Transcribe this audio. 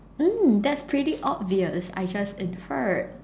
mm that's pretty obvious I just inferred